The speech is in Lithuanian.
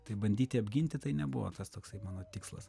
taip bandyti apginti tai nebuvo tas toksai mano tikslas